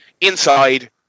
Inside